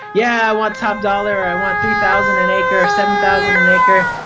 yeah, i want top dollar, i want three thousand an acre, seven thousand an acre,